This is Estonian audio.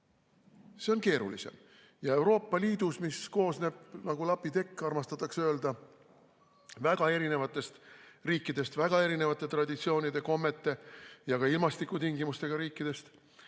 see on keerulisem ja Euroopa Liidus, mis koosneb nagu lapitekk, armastatakse öelda, väga erinevatest riikidest, väga erinevate traditsioonide, kommete ja ka ilmastikutingimustega riikidest,